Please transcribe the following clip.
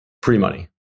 Pre-money